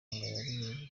yari